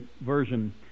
version